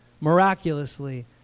miraculously